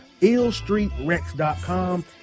illstreetrex.com